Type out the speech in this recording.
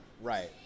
Right